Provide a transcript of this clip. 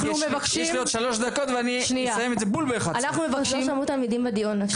יש לי עוד שלוש דקות, ואסיים את זה בדיוק ב-11:00.